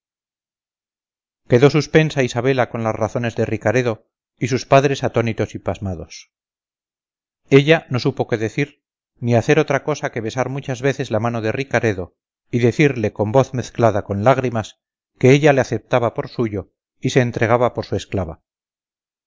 quedó suspensa isabela con las razones de ricaredo y sus padres atónitos y pasmados ella no supo qué decir ni hacer otra cosa que besar muchas veces la mano de ricaredo y decirle con voz mezclada con lágrimas que ella le aceptaba por suyo y se entregaba por su esclava